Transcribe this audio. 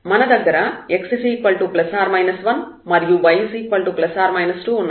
మన దగ్గర x ±1 మరియు y ±2 ఉన్నాయి